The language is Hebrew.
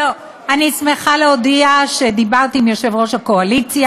אני שמחה להודיע שדיברתי עם יושב-ראש הקואליציה,